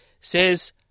says